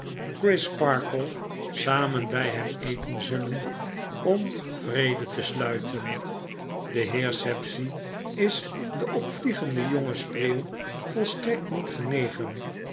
crisparkle samen bij hem eten zullen om vrede te sluiten de heer sapsea is den opvliegenden jongen spreeuw volstrekt niet genegen